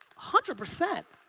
hundred percent,